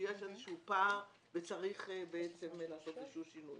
שיש איזשהו פער וצריך בעצם לעשות שינוי.